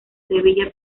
sevilla